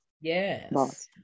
Yes